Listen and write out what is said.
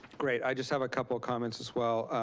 great, i just have a couple comments as well.